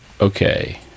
Okay